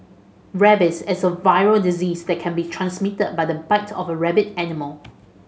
rabies is a viral disease that can be transmitted by the bite of a rabid animal